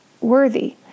worthy